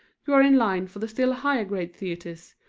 you are in line for the still higher grade theatres,